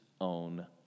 own